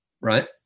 Right